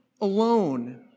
alone